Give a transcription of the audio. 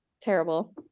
Terrible